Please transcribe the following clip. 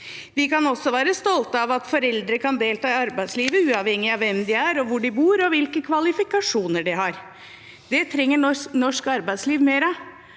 Vi kan også være stolte av at foreldre kan delta i arbeidslivet uavhengig av hvem de er, hvor de bor, og hvilke kvalifikasjoner de har. Det trenger norsk arbeidsliv mer av.